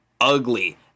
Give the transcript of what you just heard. ugly